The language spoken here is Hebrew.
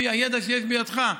לפי הידע שיש בידך,